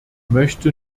möchte